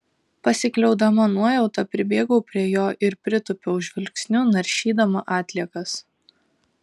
pasikliaudama nuojauta pribėgau prie jo ir pritūpiau žvilgsniu naršydama atliekas